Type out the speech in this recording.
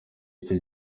icyo